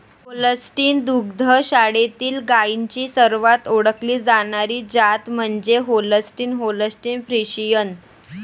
Holstein दुग्ध शाळेतील गायींची सर्वात ओळखली जाणारी जात म्हणजे होल्स्टीन होल्स्टीन फ्रिशियन